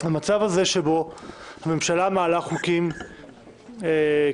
המצב שבו הממשלה מעלה חוקים כרצונה,